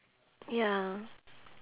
ya